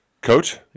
Coach